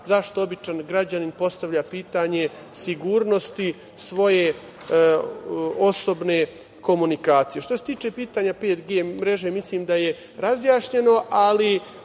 zašto običan građanin postavlja pitanje sigurnosti svoje osobne komunikacije. Što se tiče pitanja 5G mreže mislim da je razjašnjeno, ali